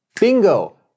bingo